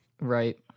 Right